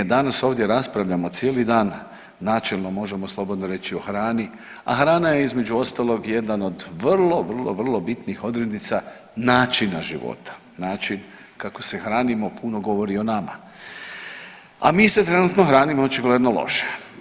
Danas ovdje raspravljamo cijeli dan, načelno možemo slobodno reći o hrani, a hrana je između ostalog jedan od vrlo, vrlo, vrlo bitnih odrednica načina života, način kako se hranimo puno govori o nama, a mi se trenutno hranimo očigledno loše.